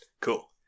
cool